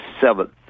seventh